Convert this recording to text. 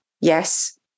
yes